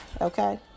okay